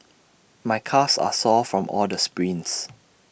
my calves are sore from all the sprints